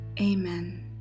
Amen